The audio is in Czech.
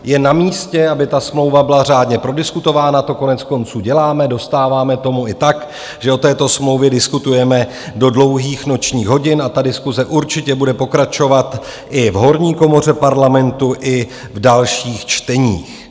Je namístě, aby ta smlouva byla řádně prodiskutována, to koneckonců děláme, dostáváme tomu i tak, že o této smlouvě diskutujeme do dlouhých nočních hodin, a ta diskuse určitě bude pokračovat i v horní komoře Parlamentu, i v dalších čteních.